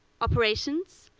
operations,